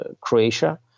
Croatia